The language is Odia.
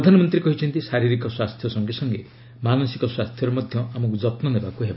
ପ୍ରଧାନମନ୍ତ୍ରୀ କହିଛନ୍ତି ଶାରିରୀକ ସ୍ୱାସ୍ଥ୍ୟ ସଙ୍ଗେ ସଙ୍ଗେ ମାନସିକ ସ୍ପାସ୍ଥ୍ୟର ମଧ୍ୟ ଆମକୁ ଯତ୍ନ ନେବାକୁ ହେବ